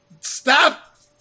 stop